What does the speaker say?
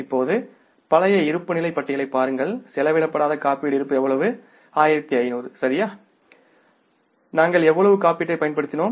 இப்போது பழைய இருப்புநிலைப் பட்டியலைப் பாருங்கள் செலவிடப்படாத காப்பீட்டு இருப்பு எவ்வளவு 1500 சரி நாம் எவ்வளவு காப்பீட்டைப் பயன்படுத்தினோம்